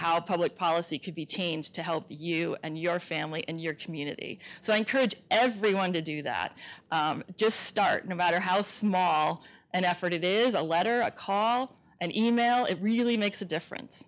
how public policy could be changed to help you and your family and your community so i encourage everyone to do that just start no matter how small an effort it is a letter or a call and e mail it really makes a difference